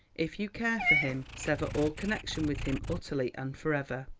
if you care for him, sever all connection with him utterly and for ever.